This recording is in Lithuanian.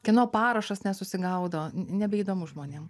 kieno parašas nesusigaudo n nebeįdomu žmonėm